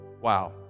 Wow